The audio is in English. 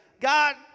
God